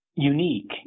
Unique